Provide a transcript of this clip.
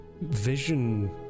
vision